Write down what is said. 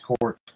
court